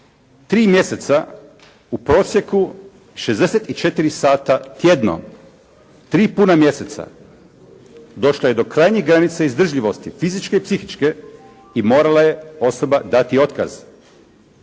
tri mjeseca u prosjeku 64 sata tjedno, tri puna mjeseca, došla je do krajnje granice izdržljivosti, fizičke i psihičke i morala je osoba dati otkaz.